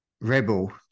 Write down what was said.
Rebel